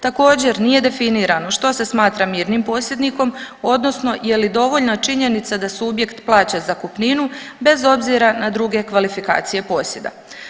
Također nije definirano što se smatra mirnim posjednikom odnosno je li dovoljna činjenica da subjekt plaća zakupninu bez obzira na druge kvalifikacije posjeda.